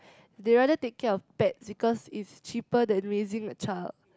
they rather take care of pets because it's cheaper than raising a child